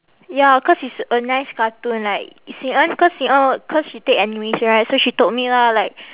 ya cause it's a nice cartoon like xin en cause xin en cause she take animation right so she told me lah like